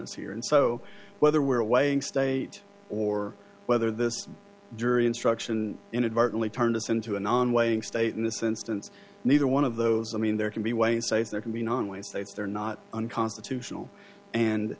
us here and so whether we're weighing state or whether this jury instruction inadvertently turned us into a non waiting state in this instance neither one of those i mean there can be ways saved there can be non ways states they're not unconstitutional and